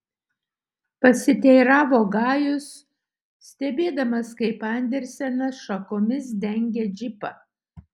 pasiteiravo gajus stebėdamas kaip andersenas šakomis dengia džipą